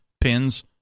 pins